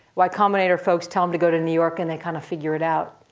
y combinator folks tell them to go to new york, and they kind of figure it out.